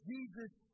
Jesus